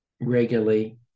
regularly